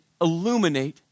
illuminate